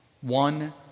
One